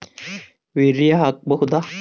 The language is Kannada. ಯೂರಿಯ ಹಾಕ್ ಬಹುದ?